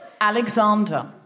Alexander